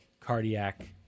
cardiac